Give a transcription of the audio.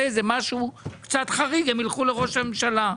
איזה משהו קצת חריג הם ילכו לראש הממשלה.